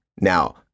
Now